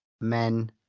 Men